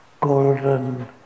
golden